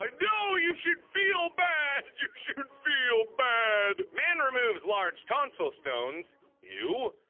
i know you should feel bad! you should feel bad man removes large tonsil stones ew,